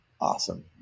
awesome